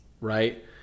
Right